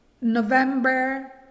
November